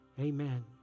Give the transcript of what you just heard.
Amen